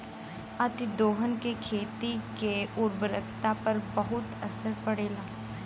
अतिदोहन से खेती के उर्वरता पर बहुत असर पड़ेला